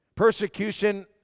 Persecution